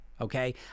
Okay